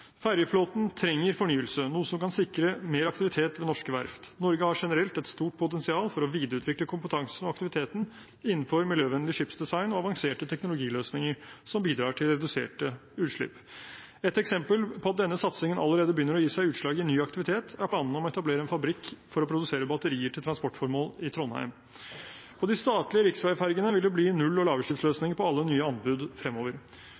trenger fornyelse, noe som kan sikre mer aktivitet ved norske verft. Norge har generelt et stort potensial for å videreutvikle kompetansen og aktiviteten innenfor miljøvennlig skipsdesign og avanserte teknologiløsninger som bidrar til reduserte utslipp. Et eksempel på at denne satsingen allerede begynner å gi seg utslag i ny aktivitet, er planene om å etablere en fabrikk for å produsere batterier til transportformål i Trondheim. På de statlige riksveifergene vil det bli null- og lavutslippsløsninger på alle nye anbud fremover.